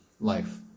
life